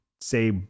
say